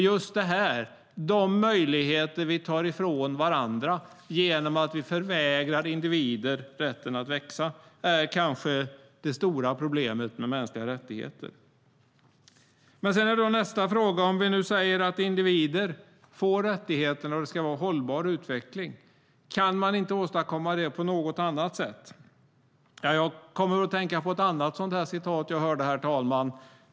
Just det här, de möjligheter vi tar ifrån varandra genom att vi förvägrar individer rätten att växa, är kanske det stora problemet när det gäller mänskliga rättigheter. Sedan är då nästa fråga, om vi nu säger att individer får rättigheterna och att det ska vara hållbar utveckling: Kan man inte åstadkomma det på något annat sätt? Jag kommer då att tänka på något som jag hörde, herr talman.